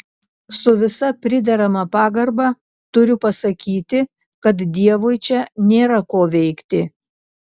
su visa priderama pagarba turiu pasakyti kad dievui čia nėra ko veikti